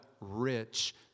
Rich